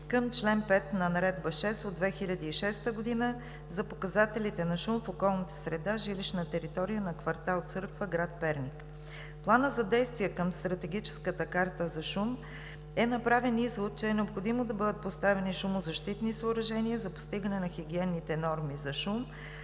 към чл. 5 на Наредба № 6 от 2006 г. за показателите на шум в околната среда – жилищна територия на квартал „Църква“ – град Перник. В Плана за действие към Стратегическата карта за шум е направен извод, че е необходимо да бъдат поставени шумозащитни съоръжения за постигане на хигиенните норми за шум